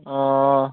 অঁ